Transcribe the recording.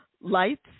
lights